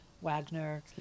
Wagner